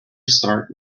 start